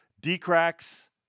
D-Cracks